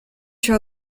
się